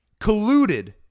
colluded